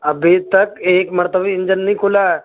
ابھی تک ایک مرتبہ بھی انجن نہیں کھلا ہے